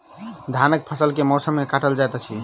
धानक फसल केँ मौसम मे काटल जाइत अछि?